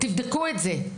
תבדקו את זה.